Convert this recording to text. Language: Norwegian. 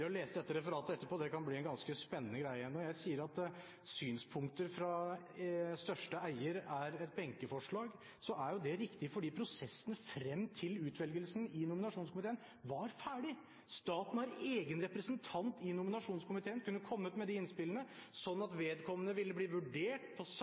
å lese dette referatet etterpå, kan bli ganske spennende. Når jeg sier at synspunkter fra største eier er et benkeforslag, er jo det riktig, fordi prosessen frem til utvelgelsen i nominasjonskomiteen var ferdig. Staten har en egen representant i nominasjonskomiteen og kunne ha kommet med de innspillene, slik at vedkommende ville bli vurdert på